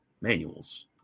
manuals